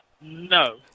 no